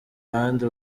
abandi